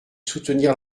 soutenir